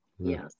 Yes